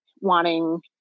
wanting